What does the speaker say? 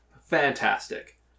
Fantastic